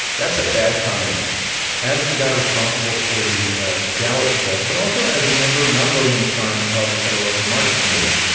that's a bad combination as the guy responsible for the ah dallas fed, but also as a member, nonvoting this time, of the federal open market committee,